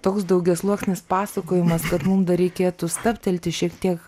toks daugiasluoksnis pasakojimas kad mum dar reikėtų stabtelti šiek tiek